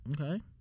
Okay